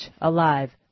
alive